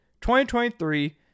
2023